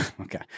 Okay